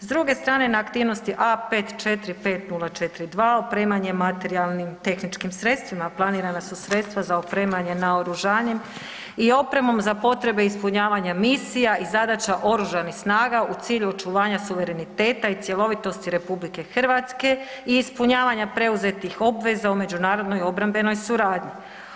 S druge strane na aktivnosti A 545042 opremanje materijalnim tehničkim sredstvima planirana su sredstva za opremanje naoružanjem i opremom za potrebe ispunjavanja misija i zadaća oružanih snaga u cilju očuvanja suvereniteta i cjelovitosti RH i ispunjavanja preuzetih obveza u međunarodnoj obrambenoj suradnji.